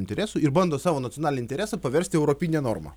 interesų ir bando savo nacionalinį interesą paversti europine norma